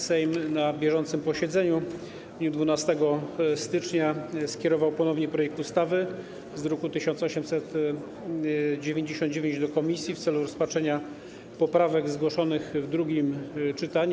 Sejm na bieżącym posiedzeniu w dniu 12 stycznia skierował ponownie projekt ustawy z druku nr 1899 do komisji w celu rozpatrzenia poprawek zgłoszonych w drugim czytaniu.